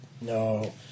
No